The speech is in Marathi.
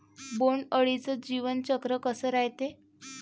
बोंड अळीचं जीवनचक्र कस रायते?